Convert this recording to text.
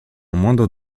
moindre